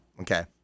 Okay